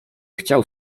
chciał